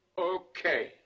Okay